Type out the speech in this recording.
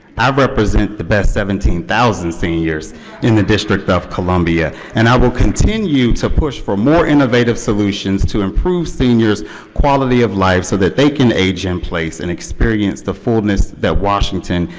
i represent the best seventeen thousand seniors in the district of columbia and i will continue to push towards more innovative solutions to improve seniors quality of life so that they can age in place and experience the fullness that washington,